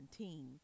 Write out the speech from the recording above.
2017